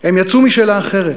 הם יצאו משאלה אחרת.